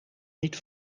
niet